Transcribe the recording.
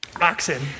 Oxen